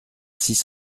six